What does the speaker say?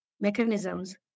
mechanisms